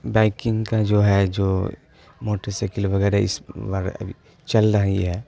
biking کا جو ہے جو موٹر سائیکل وغیرہ اس وا چل رہی ہے